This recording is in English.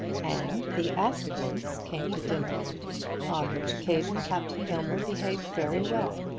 and the askertons came to dinner on which occasion captain aylmer behaved very well,